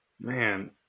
man